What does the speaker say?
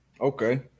Okay